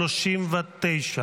ההסתייגות לא התקבלה.